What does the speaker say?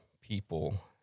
people